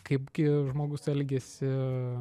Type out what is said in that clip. kaipgi žmogus elgiasi